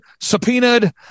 subpoenaed